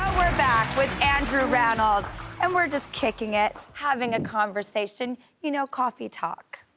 we're back with andrew rannells and we're just kicking it, having a conversation, you know coffee talk.